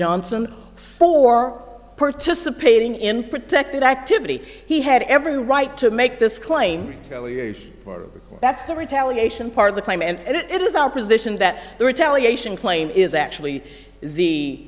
johnson for participating in protected activity he had every right to make this claim that's the retaliation part of the crime and it is our position that the retaliation claim is actually the